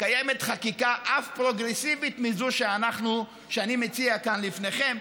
קיימת חקיקה אף פרוגרסיבית מזו שאני מציע כאן לפניכם.